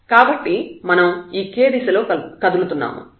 కాబట్టి మనం ఈ k దిశలో కదులుతున్నా ము